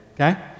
okay